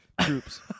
Troops